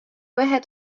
ahead